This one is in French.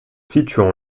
situons